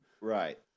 right